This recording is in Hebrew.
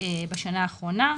בשנה האחרונה.